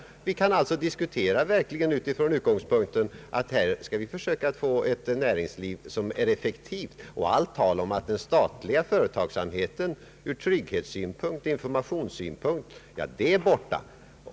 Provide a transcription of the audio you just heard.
Då kan vi alltså diskutera från utgångspunkten att vi skall försöka få ett näringsliv som är effektivt. Allt tal om att den statliga företagsamheten ur trygghetssynpunkt och ur informationssynpunkt är överlägsen är då borta.